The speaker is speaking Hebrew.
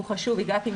היא חשובה.